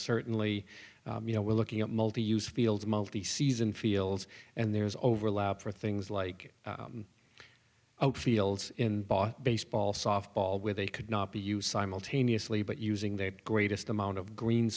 certainly you know we're looking at multiuse fields multi season fields and there's overlap for things like fields and bought baseball softball where they could not be used simultaneously but using that greatest amount of green